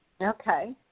Okay